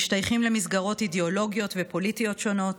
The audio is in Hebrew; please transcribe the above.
משתייכים למסגרות אידיאולוגיות ופוליטיות שונות,